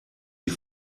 die